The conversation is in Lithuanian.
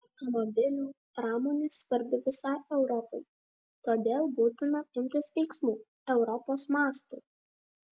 automobilių pramonė svarbi visai europai todėl būtina imtis veiksmų europos mastu